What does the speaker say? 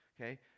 Okay